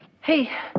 Hey